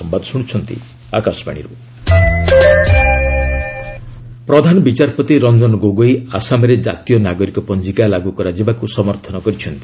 CJI NRC ପ୍ରଧାନ ବିଚାରପତି ରଞ୍ଜନ ଗୋଗୋଇ ଆସାମରେ ଜାତୀୟ ନାଗରିକ ପଞ୍ଜିକା ଲାଗୁ କରାଯିବାକୁ ସମର୍ଥନ କରିଛନ୍ତି